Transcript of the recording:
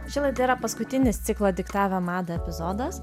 ši laida yra paskutinis ciklo diktavo madą epizodas